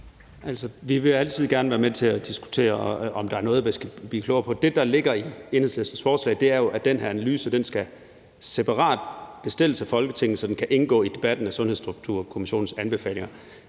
Vi vil altså gerne være med til at diskutere, om der er noget, man skal blive klogere på. Det, der ligger i Enhedslistens forslag, er jo, at den her analyse skal bestilles separat af Folketinget, så den kan indgå i debatten om Sundhedsstrukturkommissionens anbefalinger.